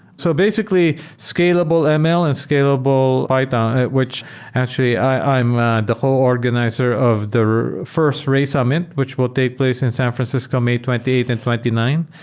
so basically scalable and ml and scalable python, which actually i'm the whole organizer of the first ray summit, which will take place in san francisco may twenty eight and twenty nine.